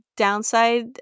downside